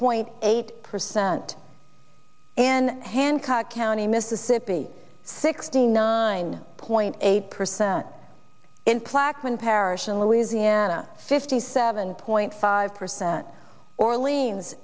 point eight percent and hancock county mississippi sixty nine point eight percent in plaquemines parish in louisiana fifty seven point five percent orleans